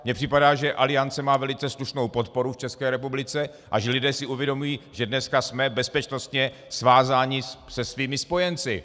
Mně připadá, že Aliance má velice slušnou podporu v České republice a že lidé si uvědomují, že dneska jsme bezpečnostně svázáni se svými spojenci.